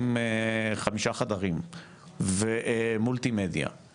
עם חמישה חדרים ומולטימדיה,